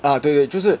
ah 对对就是